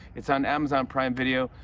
it's on amazon prime video.